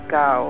go